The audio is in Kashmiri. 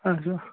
اَچھا